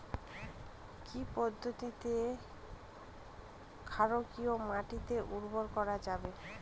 কি পদ্ধতিতে ক্ষারকীয় মাটিকে উর্বর করা যাবে?